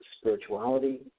spirituality